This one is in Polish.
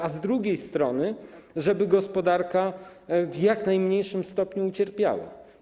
A z drugiej strony chodzi o to, żeby gospodarka w jak najmniejszym stopniu ucierpiała.